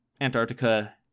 Antarctica